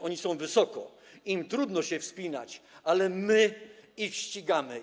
Oni są wysoko, im trudno się wspinać, ale my ich ścigamy.